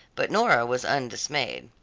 but nora was undismayed.